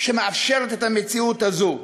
שמאפשרת את המציאות הזו.